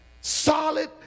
Solid